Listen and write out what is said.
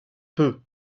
peu